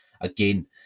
Again